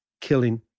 killing